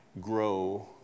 grow